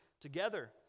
together